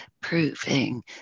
proving